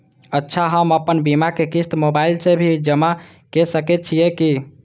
अच्छा हम आपन बीमा के क़िस्त मोबाइल से भी जमा के सकै छीयै की?